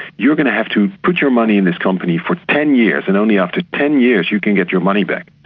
you're going to have to put your money in this company for ten years, and only after ten years you can get your money back.